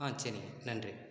சரிங்க நன்றி